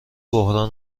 بحران